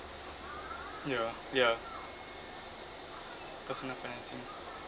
ya ya personal financing